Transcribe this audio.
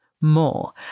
more